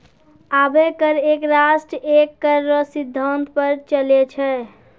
अबै कर एक राष्ट्र एक कर रो सिद्धांत पर चलै छै